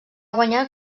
guanyar